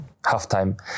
halftime